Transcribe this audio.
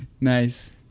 nice